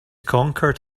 conquered